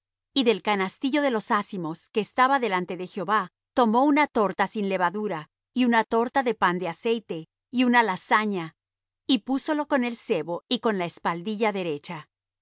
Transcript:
y del canastillo de los ázimos que estaba delante de jehová tomó una torta sin levadura y una torta de pan de aceite y una lasaña y púsolo con el sebo y con la espaldilla derecha